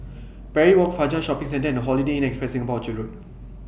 Parry Walk Fajar Shopping Centre and Holiday Inn Express Singapore Orchard Road